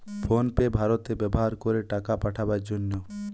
phone pay ভারতে ব্যাভার করে টাকা পাঠাবার জন্যে